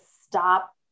stop